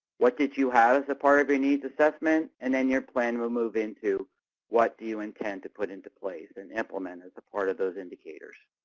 what did you have as a part of your needs assessment? and then your plan will move into what do you intend to put into place and implement as a part of those indicators?